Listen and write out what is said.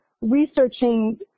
researching